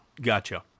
Gotcha